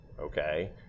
Okay